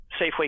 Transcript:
Safeway